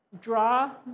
draw